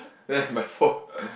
then my fault